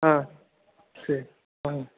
ஆ சரி ஆ